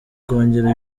kongera